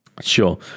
sure